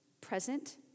present